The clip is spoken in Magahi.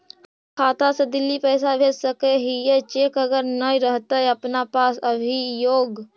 हमर खाता से दिल्ली पैसा भेज सकै छियै चेक अगर नय रहतै अपना पास अभियोग?